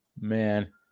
man